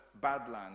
Badlands